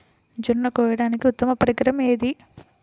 జొన్న కోయడానికి ఉత్తమ పరికరం ఏది?